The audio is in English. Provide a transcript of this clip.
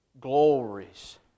glories